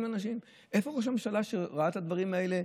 איפה ראש הממשלה, שראה את הדברים האלה?